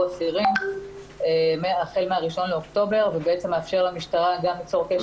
אסירים החל מה- 1.10 ובעצם מאפשר למשטרה גם ליצור קשר.